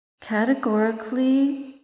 categorically